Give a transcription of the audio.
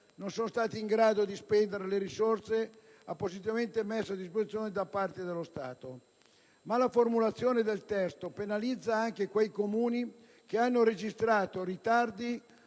non sono stati in grado di spendere le risorse appositamente messe a disposizione dallo Stato. Ma la formulazione del testo penalizza anche quei Comuni che hanno registrato ritardi